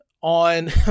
on